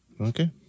okay